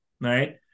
Right